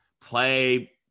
Play